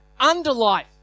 underlife